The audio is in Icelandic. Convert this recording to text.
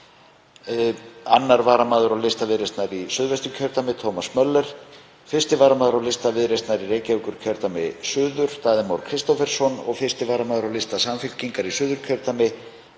2. varamaður á lista Viðreisnar í Suðvesturkjördæmi, Thomas Möller, 1. varamaður á lista Viðreisnar í Reykjavíkurkjördæmi suður, Daði Már Kristófersson, 1. varamaður á lista Samfylkingar í Suðurkjördæmi,